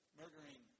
murdering